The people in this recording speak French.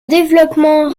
développement